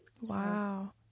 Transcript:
wow